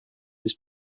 his